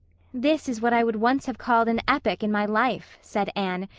this is what i would once have called an epoch in my life, said anne,